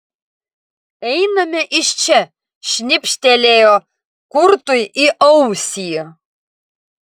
einame iš čia šnibžtelėjo kurtui į ausį